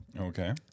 Okay